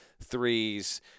threes